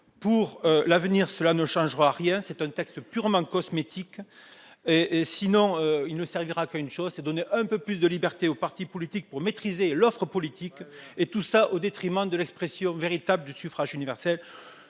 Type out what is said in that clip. Pour l'avenir, le texte ne changera rien, il est purement cosmétique. Il ne servira qu'à une chose : donner un peu plus de liberté aux partis politiques pour maîtriser l'offre politique. Très bien ! Et tout cela au détriment de l'expression véritable du suffrage universel.